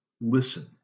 Listen